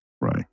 Right